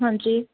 ਹਾਂਜੀ